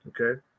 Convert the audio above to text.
Okay